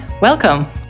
welcome